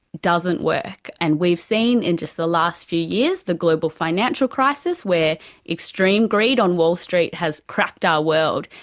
doesn't work and we've seen in just the last few years, the global financial crisis where extreme greed on wall street has cracked our world.